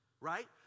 right